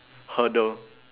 hurdle